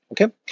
Okay